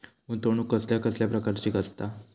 गुंतवणूक कसल्या कसल्या प्रकाराची असता?